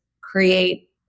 create